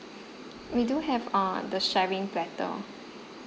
we do have uh the sharing platter